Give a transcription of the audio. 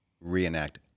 reenact